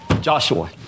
Joshua